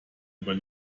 über